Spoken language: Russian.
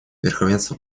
верховенство